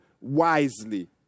wisely